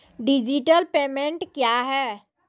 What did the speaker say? Digital payment क्या हैं?